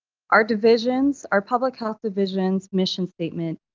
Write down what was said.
our divisions, our public health divisions mission statement,